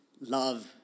love